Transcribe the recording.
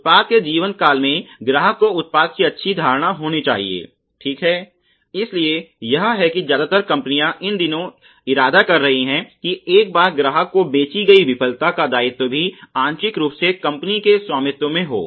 उत्पाद के जीवन काल में ग्राहक को उत्पाद की अच्छी धारणा होनी चाहिए ठीक है इसलिए यह है कि ज्यादातर कंपनियां इन दिनों इरादा कर रही हैं कि एक बार ग्राहक को बेची गई विफलता का दायित्व भी आंशिक रूप से कंपनी के स्वामित्व में हो